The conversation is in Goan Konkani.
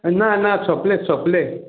ना ना सोंपले सोंपले